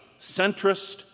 centrist